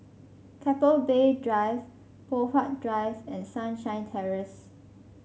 Keppel Bay Drive Poh Huat Drive and Sunshine Terrace